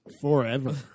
forever